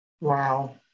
Wow